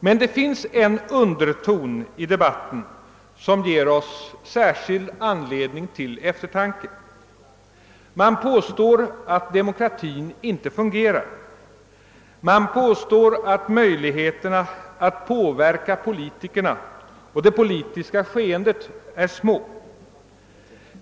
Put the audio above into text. Men det finns en underton i debatten, som ger oss särskild anledning till eftertanke. Man påstår att demokratin inte fungerar, man påstår att möjligheterna att påverka politikerna och det politiska skeendet är små.